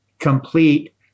Complete